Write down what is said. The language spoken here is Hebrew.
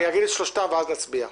אגיד את שלושתם ואז נצביע.